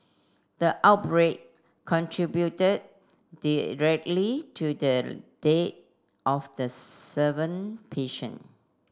the outbreak contributed directly to the death of the seven patient